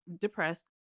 depressed